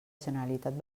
generalitat